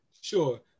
Sure